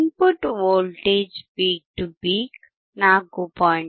input voltage peak to peak 4